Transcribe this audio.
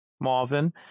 Marvin